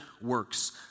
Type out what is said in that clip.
works